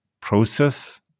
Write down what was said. process